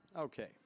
Okay